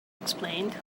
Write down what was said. explained